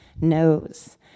knows